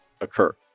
occur